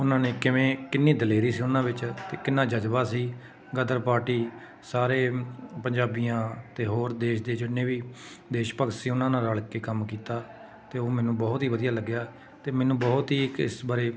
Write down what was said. ਉਹਨਾਂ ਨੇ ਕਿਵੇਂ ਕਿੰਨੀ ਦਲੇਰੀ ਸੀ ਉਹਨਾਂ ਵਿੱਚ ਅਤੇ ਕਿੰਨਾ ਜਜ਼ਬਾ ਸੀ ਗਦਰ ਪਾਰਟੀ ਸਾਰੇ ਪੰਜਾਬੀਆਂ ਅਤੇ ਹੋਰ ਦੇਸ਼ ਦੇ ਜਿੰਨੇ ਵੀ ਦੇਸ਼ ਭਗਤ ਸੀ ਉਹਨਾਂ ਨਾਲ ਰਲ ਕੇ ਕੰਮ ਕੀਤਾ ਅਤੇ ਉਹ ਮੈਨੂੰ ਬਹੁਤ ਹੀ ਵਧੀਆ ਲੱਗਿਆ ਅਤੇ ਮੈਨੂੰ ਬਹੁਤ ਹੀ ਇੱਕ ਇਸ ਬਾਰੇ